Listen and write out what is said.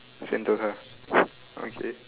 Sentosa okay